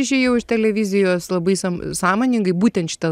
išėjau iš televizijos labai sąm sąmoningai būtent šita